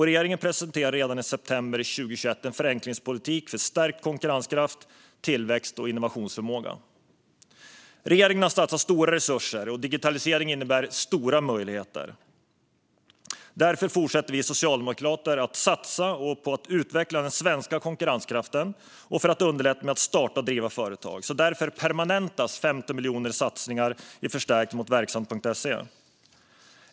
Regeringen presenterade redan i september 2021 en förenklingspolitik för stärkt konkurrenskraft, tillväxt och innovationsförmåga. Regeringen har satsat stora resurser, och digitaliseringen innebär stora möjligheter. Därför fortsätter vi socialdemokrater att satsa på att utveckla den svenska konkurrenskraften och på att underlätta för människor att starta och driva företag. Därför permanentas 15 miljoner till att förstärka Verksamt.se.